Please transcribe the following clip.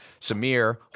Samir